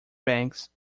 banks